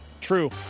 True